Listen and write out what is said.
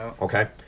Okay